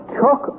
took